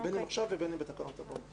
בין אם עכשיו ובין אם בתקנות הבאות.